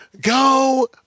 go